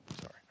Sorry